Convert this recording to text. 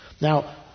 Now